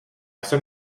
jsem